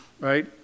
right